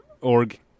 org